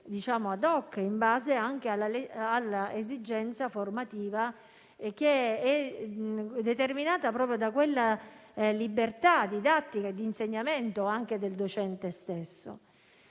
*ad hoc*, in base anche all'esigenza formativa determinata proprio dalla libertà didattica di insegnamento del docente stesso.